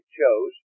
chose